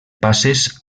passes